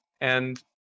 And-